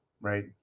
right